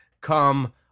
come